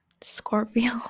Scorpio